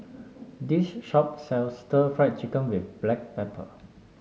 this shop sells Stir Fried Chicken with Black Pepper